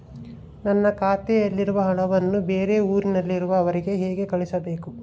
ನನ್ನ ಖಾತೆಯಲ್ಲಿರುವ ಹಣವನ್ನು ಬೇರೆ ಊರಿನಲ್ಲಿರುವ ಅವರಿಗೆ ಹೇಗೆ ಕಳಿಸಬೇಕು?